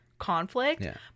conflict